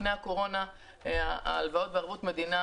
לפני הקורונה אף אחד לא יכל לקחת הלוואות בערבות מדינה,